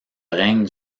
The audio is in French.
règne